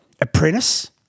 apprentice